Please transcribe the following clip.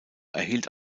erhielt